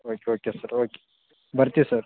okay okay sir okay ಬರ್ತೀವಿ sir